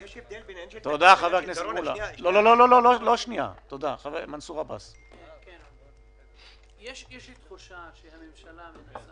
אבל יהיה לנו קשה היום להתייחס כי אין ממשלה.